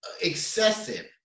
excessive